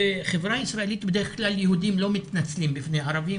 בחברה הישראלית בדרך כלל יהודים לא מתנצלים בפני ערבים,